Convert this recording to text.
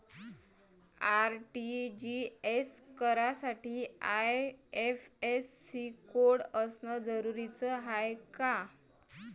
RTGS करासाठी IFSC code असनं जरुरीच हाय का?